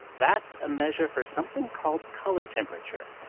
that's a measure for something called color temperature.